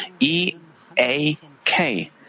EAK